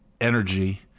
energy